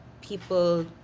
people